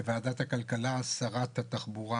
בוועדת הכלכלה שרת התחבורה,